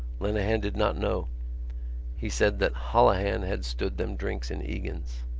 lenehan did not know he said that holohan had stood them drinks in egan's.